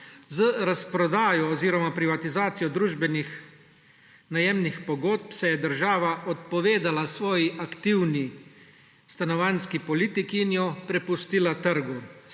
Z razprodajo oziroma privatizacijo družbenih najemnih pogodb se je država odpovedala svoji aktivni stanovanjski politiki in jo prepustila trgu.